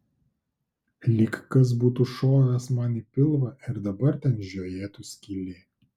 lyg kas būtų šovęs man į pilvą ir dabar ten žiojėtų skylė